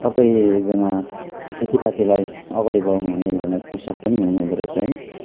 तपाईँ एकजना खेतीपातीलाई अगाडि बढाउनु हुने एकजाना कृषक पनि हुनुहुँदो रहेछ है